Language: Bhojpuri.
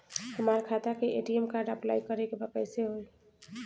हमार खाता के ए.टी.एम कार्ड अप्लाई करे के बा कैसे होई?